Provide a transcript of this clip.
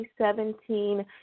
2017